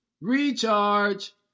recharge